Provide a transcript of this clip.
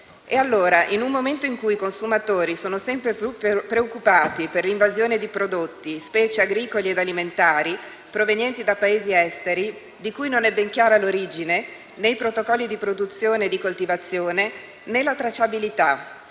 produttiva. In un momento in cui i consumatori sono sempre più preoccupati per l'invasione di prodotti, specie agricoli ed alimentari, provenienti dai Paesi esteri (di cui non è ben chiara l'origine, né i protocolli di produzione e di coltivazione, né la tracciabilità),